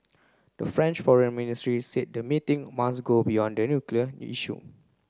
the French foreign ministry said the meeting must go beyond the nuclear issue